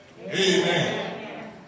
amen